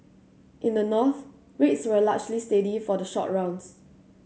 in the north rates were largely steady for the short rounds